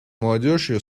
молодежью